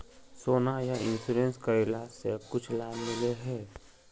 सोना यह इंश्योरेंस करेला से कुछ लाभ मिले है?